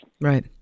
right